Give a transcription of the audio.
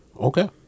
Okay